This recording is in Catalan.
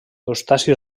eustaci